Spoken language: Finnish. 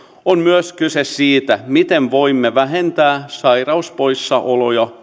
on myös kyse siitä miten voimme vähentää sairauspoissaoloja